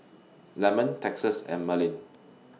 Lemon Texas and Merlin